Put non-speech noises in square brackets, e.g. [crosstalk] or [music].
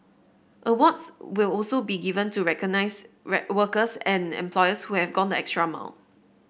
awards will also be given to recognize [unintelligible] workers and employers who have gone the extra mile